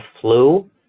flu